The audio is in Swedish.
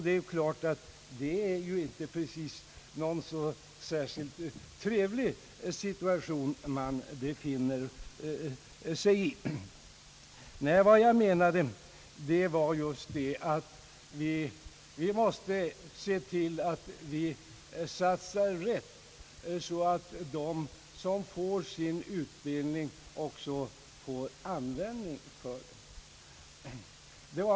Det är klart att detta inte är någon trevlig situation. Vad jag menade var just att vi måste se till att vi satsar rätt, så att de som får utbildning också får användning för den.